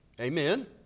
Amen